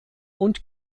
und